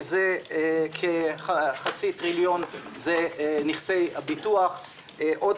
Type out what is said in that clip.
מזה כחצי טריליון זה נכסי הביטוח; עוד